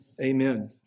Amen